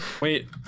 Wait